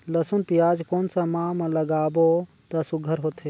लसुन पियाज कोन सा माह म लागाबो त सुघ्घर होथे?